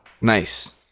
nice